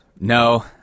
no